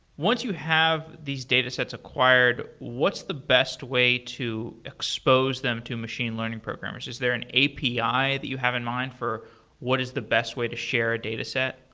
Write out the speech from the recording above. once you have these datasets acquired, what's the best way to expose them to machine learning programmers? is there an api that you have in mind for what is the best way to share a dataset?